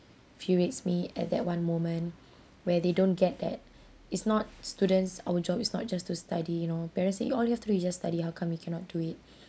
furiates me at that one moment where they don't get that it's not students our job is not just to study you know parents say you all you have to do is just study how come you cannot do it